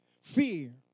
fear